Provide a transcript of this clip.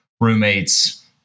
roommates